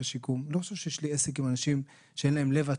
אני לא חושב שיש לי עסק עם אנשים שאין להם לב עצום.